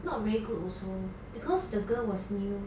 not very good also because the girl was new